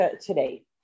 today